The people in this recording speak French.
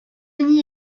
n’y